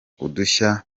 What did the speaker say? udushya